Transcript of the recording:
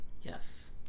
Yes